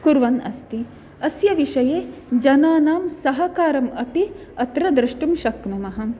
कुर्वन्नस्ति अस्य विषये जनानां सहकारम् अपि अत्र द्रष्टुं श्क्नुमः